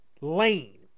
lane